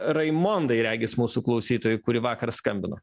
raimondai regis mūsų klausytojai kuri vakar skambino